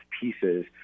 pieces